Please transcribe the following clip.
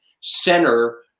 center